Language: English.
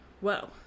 whoa